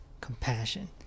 compassion